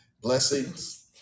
blessings